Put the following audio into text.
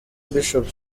bishop